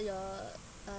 your uh